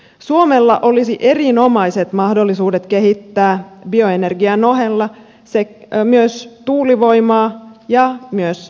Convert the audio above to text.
suomella olisi erinomaiset mahdollisuudet kehittää bioenergian ohella tuulivoimaa ja myös aurinkovoimaa